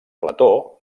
plató